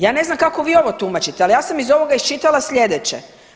Ja ne znam kako vi ovo tumačite, ali ja sam iz ovoga iščitala slijedeće.